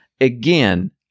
Again